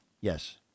yes